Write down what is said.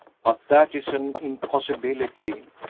but that is an impossibility.